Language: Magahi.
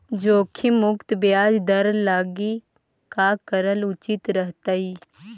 जोखिम मुक्त ब्याज दर लागी का करल उचित रहतई?